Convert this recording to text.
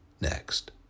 next